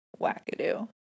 wackadoo